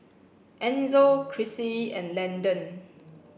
Enzo Crissie and Landon